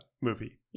movie